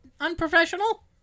unprofessional